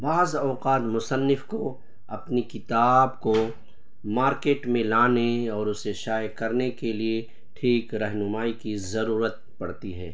بعض اوقات مصنف کو اپنی کتاب کو مارکٹ میں لانے اور اسے شائع کرنے کے لیے ٹھیک رہنمائی کی ضرورت پڑتی ہے